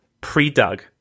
pre-dug